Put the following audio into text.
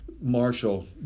Marshall